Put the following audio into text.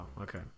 okay